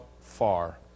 far